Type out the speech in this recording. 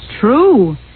True